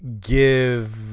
give